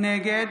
נגד